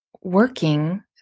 working